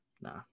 Nah